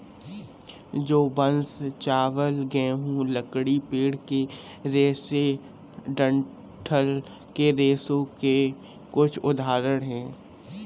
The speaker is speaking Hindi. जौ, बांस, चावल, गेहूं, लकड़ी, पेड़ के रेशे डंठल के रेशों के कुछ उदाहरण हैं